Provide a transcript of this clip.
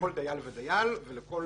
לכל דייל ודייל ולכל